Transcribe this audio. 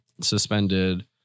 suspended